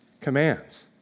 commands